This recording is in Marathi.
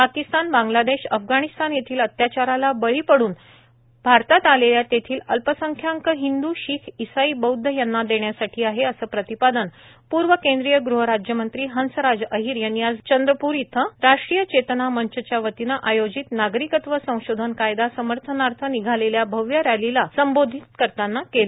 पाकीस्तान बांग्लादेश अफगाणीस्तान येथील अत्याचाराला बळी पडुन भारतात आलेल्या तेथील अल्पसंख्यांक हिंद्र शिख ईसाई बौध्द यांना देण्यासाठी आहे असे प्रतिपादन पूर्व केंद्रीय गृहराज्यमंत्री हंसराज अहीर यांनी आज चंद्रपूर येथे राष्ट्रीय चेतना मंचच्या वतीने आयोजित नागरीकत्व संशोधन कायदा समर्थनार्थ निघालेल्या भव्य रॅलीला संबोधित करतांना केले